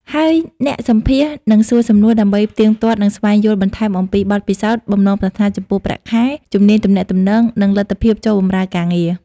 ហើយអ្នកសម្ភាសន៍នឹងសួរសំណួរដើម្បីផ្ទៀងផ្ទាត់ និងស្វែងយល់បន្ថែមអំពី បទពិសោធន៍ បំណងប្រាថ្នាចំពោះប្រាក់ខែ ជំនាញទំនាក់ទំនង និងលទ្ធភាពចូលបម្រើការងារ។